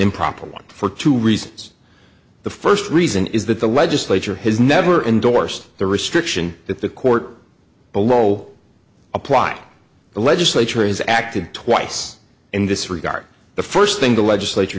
improper one for two reasons the first reason is that the legislature has never endorsed the restriction that the court the law will apply the legislature has acted twice in this regard the first thing the legislature